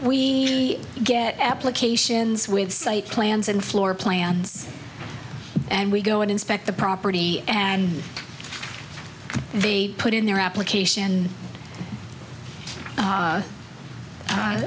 we get applications with site plans and floor plans and we go and inspect the property and they put in their application a